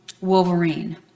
Wolverine